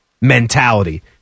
mentality